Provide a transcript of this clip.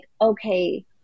okay